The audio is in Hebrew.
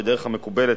בדרך המקובלת,